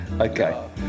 Okay